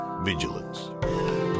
vigilance